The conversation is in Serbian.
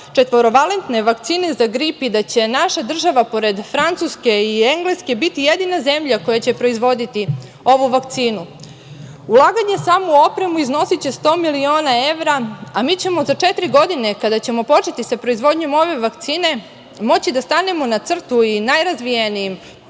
četvorovalentne vakcine za grip i da će naša država pored Francuske i Engleske biti jedina zemlja koja će proizvoditi ovu vakcinu. Ulaganje samo u opremu iznosiće 100 miliona evra, a mi ćemo za četiri godine, kada ćemo početi sa proizvodnjom ove vakcine, moći da stanemo na crtu i najrazvijenijim